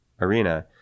arena